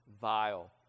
vile